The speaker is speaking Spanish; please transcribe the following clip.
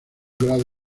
grado